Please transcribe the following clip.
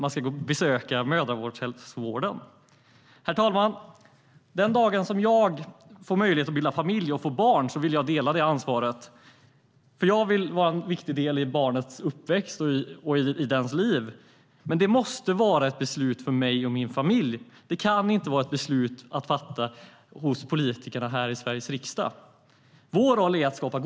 Herr talman! Den dagen som jag får möjlighet att bilda familj och får barn vill jag dela ansvaret för barnet eftersom jag vill vara en viktig del i barnets uppväxt och liv. Men det måste vara ett beslut för mig och min familj. Det kan inte vara ett beslut som politikerna här i riksdagen ska fatta.